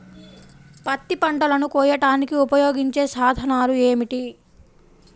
పత్తి పంటలను కోయడానికి ఉపయోగించే సాధనాలు ఏమిటీ?